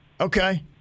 Okay